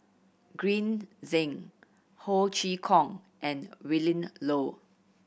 Green Zeng Ho Chee Kong and Willin Low